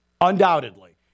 Undoubtedly